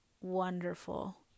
wonderful